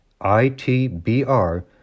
ITBR